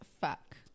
fuck